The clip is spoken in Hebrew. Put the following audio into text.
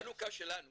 חנוכה שלנו